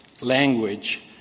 language